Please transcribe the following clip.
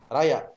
Raya